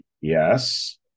Yes